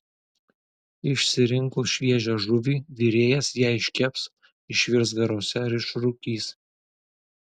išsirinkus šviežią žuvį virėjas ją iškeps išvirs garuose ar išrūkys